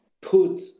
put